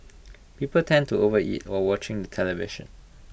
people tend to overeat while watching the television